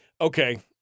Okay